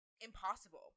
impossible